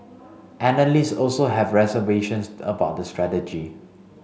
analysts also had reservations about the strategy